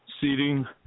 seating